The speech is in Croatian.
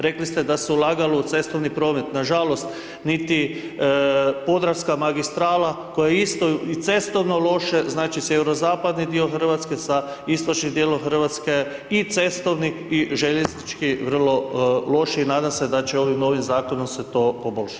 Rekli ste da su ulagalo u cestovni promet, nažalost, niti Podravska magistrala koja je isto i cestovno loše, znači sjeverozapadni dio Hrvatske sa istočnim djelom Hrvatske i cestovni i željeznički vrlo lođe i nadam se da će ovim novim zakonom se to poboljšati.